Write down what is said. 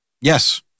Yes